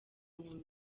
nyuma